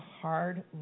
hard